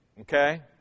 Okay